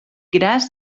gras